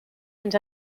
fins